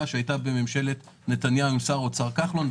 שהייתה בממשלת נתניהו עם שר האוצר כחלון.